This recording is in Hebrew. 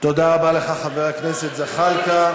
תודה רבה לך, חבר הכנסת זחאלקה.